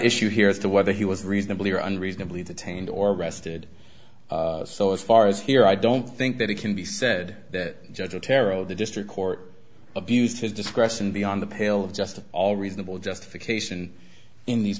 issue here as to whether he was reasonably or unreasonably detained or arrested so as far as here i don't think that it can be said that judge otero the district court abused his discretion beyond the pale of justice all reasonable justification in these